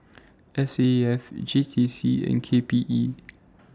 S A F J T C and K P E